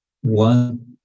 one